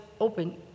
open